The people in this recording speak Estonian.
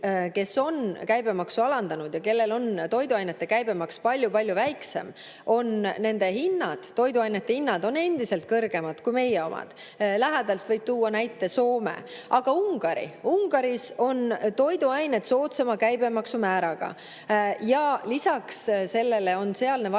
kes on käibemaksu alandanud ja kellel on toiduainete käibemaks palju‑palju väiksem – nende hinnad, toiduainete hinnad on endiselt kõrgemad kui meie omad. Lähedalt võib tuua näiteks Soome. Aga Ungaris on toiduained soodsama käibemaksu määraga ja lisaks sellele on sealne valitsus